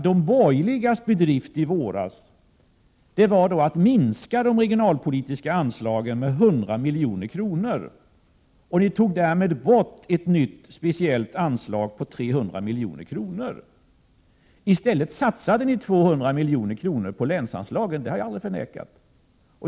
De borgerligas bedrift i våras var att minska de regionalpolitiska anslagen med 100 milj.kr. Ni tog bort ett nytt anslag på 300 milj.kr. och satsade i stället 200 milj.kr. på länsanslagen, vilket jag aldrig har förnekat.